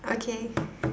okay